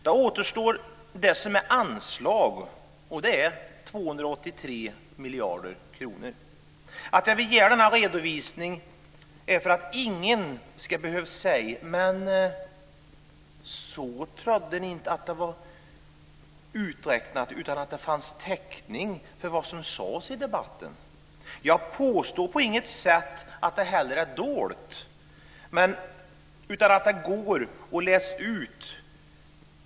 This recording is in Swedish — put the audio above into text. Det som återstår är det som är anslag, och det är 283 miljarder kronor. Att jag vill ge denna redovisning är för att ingen ska behöva säga: Men så trodde vi inte att det var uträknat, utan vi trodde att det fanns täckning för vad som sades i debatten. Jag påstår på inget sätt att detta är dolt, utan att det går att läsa ut.